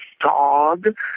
dog